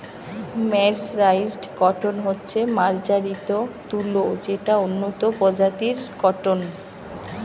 mercerised cotton হচ্ছে মার্জারিত তুলো যেটা উন্নত প্রজাতির কট্টন